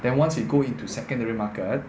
then once you go into secondary market